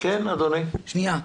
ומה יהיה בינתיים?